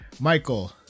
Michael